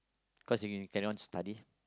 cause you cannot just study